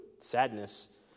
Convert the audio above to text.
sadness